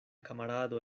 kamarado